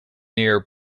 near